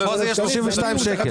32 שקלים.